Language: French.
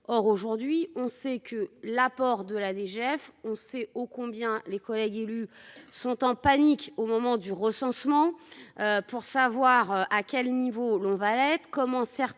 Or aujourd'hui on sait que l'apport de la DGF, on sait, oh combien les collègues élus sont en panique au moment du recensement. Pour savoir à quel niveau. L'on va l'être.